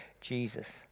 Jesus